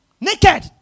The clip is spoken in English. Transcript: naked